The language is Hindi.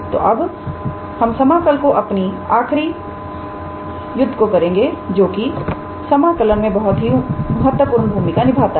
तो अब हम समाकल की अपनी आखिरी युद्ध को करेंगे जो कि समाकलन में बहुत महत्वपूर्ण भूमिका निभाता है